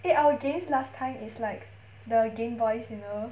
eh our games last time is like the game boys you know